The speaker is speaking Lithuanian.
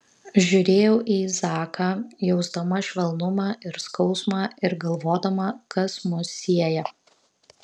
žiūrėjau į zaką jausdama švelnumą ir skausmą ir galvodama kas mus sieja